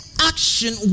action